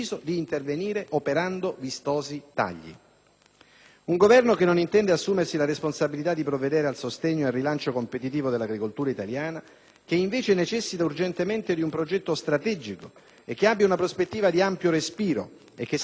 Un Governo che non intende assumersi la responsabilità di provvedere al sostegno ed al rilancio competitivo dell'agricoltura italiana che, invece, necessita urgentemente di un progetto strategico, che abbia una prospettiva di ampio respiro e che sappia attivare interventi strutturali profondi.